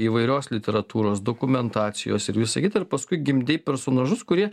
įvairios literatūros dokumentacijos ir visa kita ir paskui gimdei personažus kurie